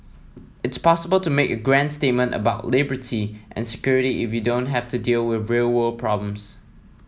it's possible to make grand statements about liberty and security if you don't have to deal with real world problems